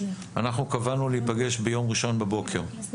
קבענו להיפגש ביום ראשון בבוקר בהר,